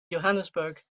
johannesburg